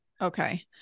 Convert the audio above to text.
Okay